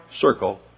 circle